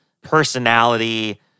personality